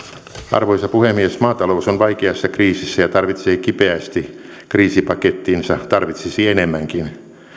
arvoisa puhemies maatalous on vaikeassa kriisissä ja tarvitsee kipeästi kriisipakettinsa tarvitsisi enemmänkin